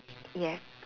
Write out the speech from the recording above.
yes